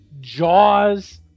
jaws